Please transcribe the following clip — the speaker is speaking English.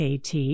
KT